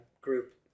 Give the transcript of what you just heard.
group